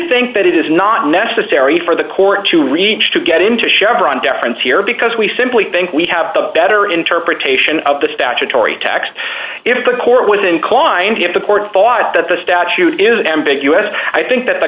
think that it is not necessary for the court to reach to get into chevron deference here because we simply think we have the better interpretation of the statutory tax if the court was inclined to the court thought that the statute is ambiguous i think that